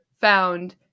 found